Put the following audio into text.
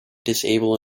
disable